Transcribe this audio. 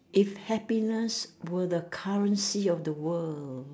if happiness were the currency of the world